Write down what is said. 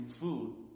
food